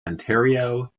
ontario